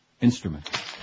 instrument